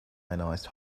ionized